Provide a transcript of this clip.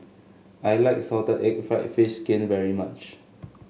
I like Salted Egg fried fish skin very much